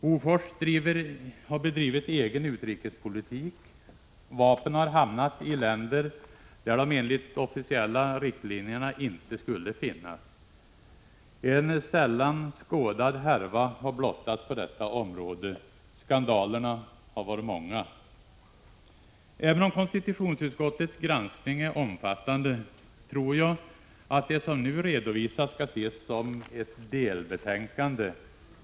Bofors har bedrivit egen utrikespolitik. Vapen har hamnat i länder där de enligt de officiella riktlinjerna inte skulle finnas. En sällan skådad härva har blottats på detta område. Skandalerna har varit många. Även om konstitutionsutskottets granskning är omfattande, tror jag att det som nu redovisas skall ses som ett ”delbetänkande”.